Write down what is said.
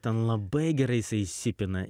ten labai gerai jisai įsipina